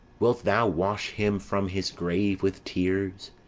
wilt thou wash him from his grave with tears?